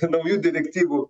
naujų direktyvų